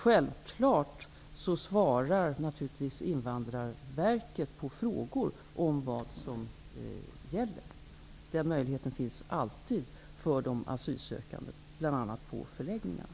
Invandrarverket svarar självfallet på frågor om vad som gäller. De asylsökande har alltid den möjligheten att få svar, bl.a. på förläggningarna.